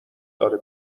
داره